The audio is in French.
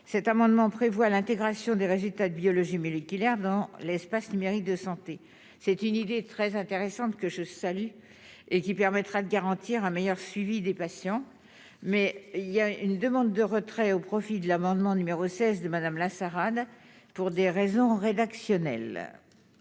cet amendement prévoit l'intégration des résultats de biologie moléculaire dans l'espace numérique de santé, c'est une idée très intéressante, que je salue et qui permettra de garantir un meilleur suivi des patients, mais il y a une demande de retrait au profit de l'amendement numéro 16 de Madame la Sarhane, pour des raisons parce que la